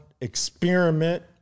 experiment